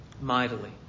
mightily